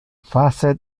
face